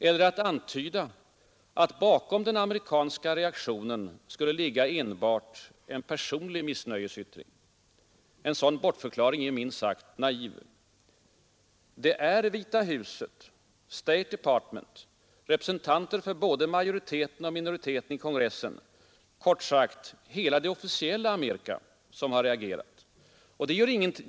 Eller genom att antyda att bakom den amerikanska reaktionen skulle ligga enbart en personlig missnöjesyttring. En sådan bortförklaring är minst sagt naiv. Det är Vita huset, State Department, representanter för både majoriteten och minoriteten i kongressen, kort sagt hela det officiella Amerika, som har reagerat.